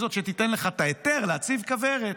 היא זאת שתיתן לך את ההיתר להציב כוורת.